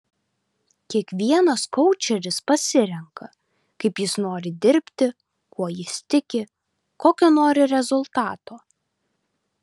kiekvienas koučeris pasirenka kaip jis nori dirbti kuo jis tiki kokio nori rezultato